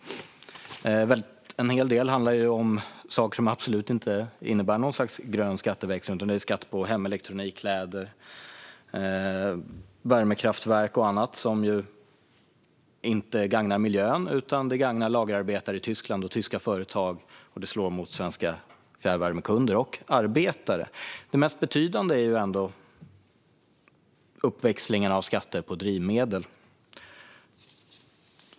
En hel del av det handlar om saker som absolut inte innebär grön skatteväxling. Det är skatter på hemelektronik, kläder, värmekraftverk och annat, skatter som inte gagnar miljön utan gagnar lagerarbetare i Tyskland och tyska företag och slår mot svenska fjärrvärmekunder och arbetare. Det mest betydande är uppväxlingen av skatter på drivmedel.